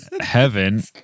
heaven